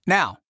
now